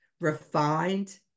refined